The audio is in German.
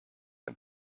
ein